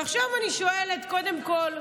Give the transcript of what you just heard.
ועכשיו אני שואלת: קודם כול,